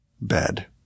bed